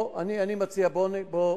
אני מציע, בוא,